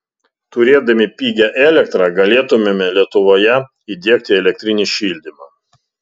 turėdami pigią elektrą galėtumėme lietuvoje įdiegti elektrinį šildymą